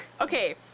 Okay